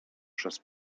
przez